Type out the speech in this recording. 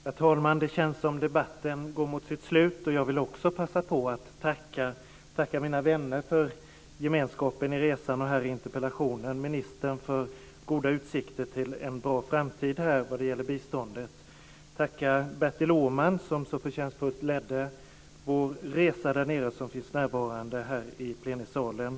Herr talman! Det känns som att debatten går mot sitt slut. Jag vill också passa på att tacka mina vänner för gemenskapen i resan och här i interpellationsdebatten och ministern för goda utsikter till en bra framtid vad gäller biståndet. Jag vill tacka Bertil Åhman, som så förtjänstfullt ledde vår resa därnere, och som finns närvarande här i plenisalen.